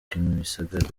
kimisagara